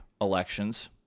elections